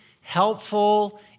helpful